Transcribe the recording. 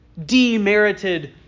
demerited